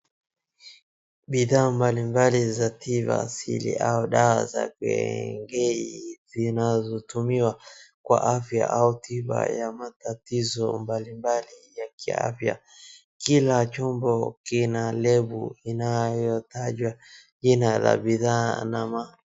Bidhaa mbalimbali za tiba asili au dawa za kienyeji zinazotumiwa kwa afya au tiba ya matatizo mbalimbali ya kiafya. Kila chupa kina label inayotajwajina la bidhaa na ma.